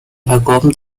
vacuum